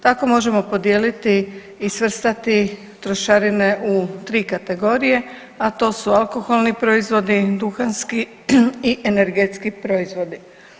Tako možemo podijeliti i svrstati trošarine u tri kategorije, a to su alkoholni proizvodi, duhanski i energetski proizvodi.